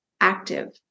active